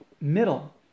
middle